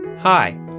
Hi